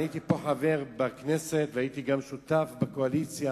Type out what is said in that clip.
הייתי פה חבר הכנסת והייתי גם שותף בקואליציה,